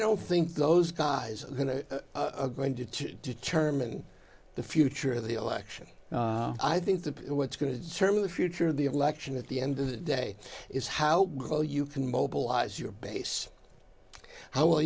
don't think those guys are going to determine the future of the election i think that what's going to determine the future of the election at the end of the day is how go you can mobilize your base how well